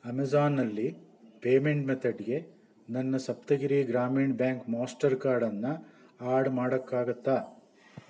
ಅಮೇಜಾನಲ್ಲಿ payment ಮೆಥಡ್ಗೆ ನನ್ನ Saptagiri Grameen bank master ಕಾರ್ಡ್ನ್ನು ಆಡ್ ಮಾಡೋಕ್ಕಾಗತ್ತಾ